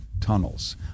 tunnels